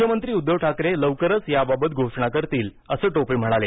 मुख्यमंत्री उद्घव ठाकरे लवकरच याबाबत घोषणा करतील असं टोपे म्हणाले